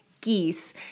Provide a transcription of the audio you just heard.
Geese